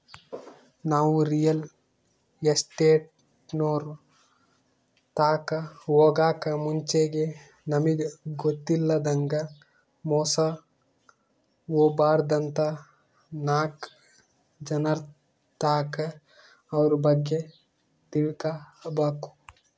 ನಾವು ರಿಯಲ್ ಎಸ್ಟೇಟ್ನೋರ್ ತಾಕ ಹೊಗಾಕ್ ಮುಂಚೆಗೆ ನಮಿಗ್ ಗೊತ್ತಿಲ್ಲದಂಗ ಮೋಸ ಹೊಬಾರ್ದಂತ ನಾಕ್ ಜನರ್ತಾಕ ಅವ್ರ ಬಗ್ಗೆ ತಿಳ್ಕಬಕು